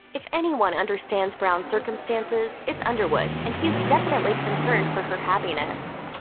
if anyone understands brown's circumstances, it's underwood, and he's definitely concerned for her happiness.